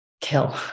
kill